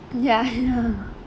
ya ya